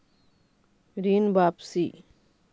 ऋण वापसी?